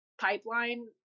pipeline